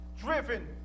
driven